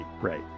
right